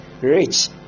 Rich